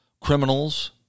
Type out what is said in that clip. criminals